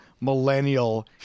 millennial